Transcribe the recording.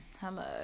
Hello